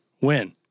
win